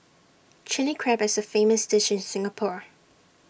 Chilli Crab is A famous dish in Singapore